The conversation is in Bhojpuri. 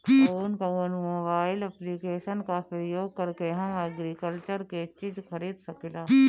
कउन कउन मोबाइल ऐप्लिकेशन का प्रयोग करके हम एग्रीकल्चर के चिज खरीद सकिला?